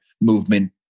movement